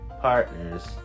partners